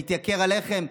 מתייקר הלחם,